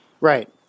right